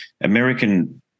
American